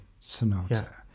sonata